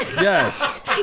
yes